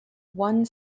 one